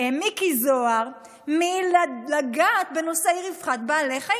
מיקי זוהר, מלגעת בנושא רווחת בעלי החיים.